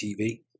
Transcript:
tv